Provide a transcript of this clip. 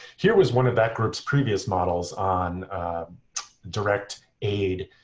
here was one of that group's previous models on direct aid,